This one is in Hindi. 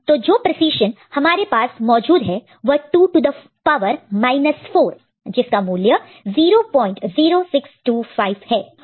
तो जो प्रीसिज़न हमारे पास मौजूद है वह है 2 टू द पावर 4 जिसका मूल्य 00625 है